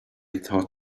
taught